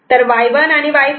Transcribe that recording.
तर हे Y1 आणि Y4